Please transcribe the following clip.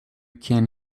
can